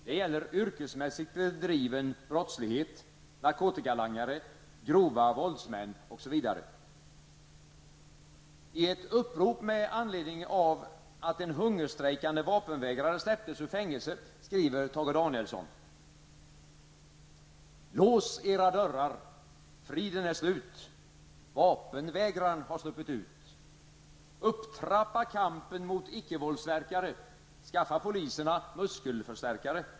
Det gäller yrkesmässigt bedriven brottslighet, narkotikalangare, grova våldsmän, osv.'' I ett upprop med anledning av att en hungerstrejkande vapenvägrare släpptes ur fängelse skriver Tage Danielsson: ''Lås era dörrar! Friden är slut! Vapenvägrarn har sluppit ut! Upptrappa kampen mot ickevåldsverkare! Skaffa poliserna muskelförstärkare!